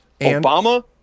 Obama